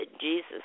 Jesus